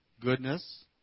goodness